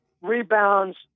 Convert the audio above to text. rebounds